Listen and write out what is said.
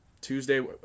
tuesday